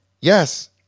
yes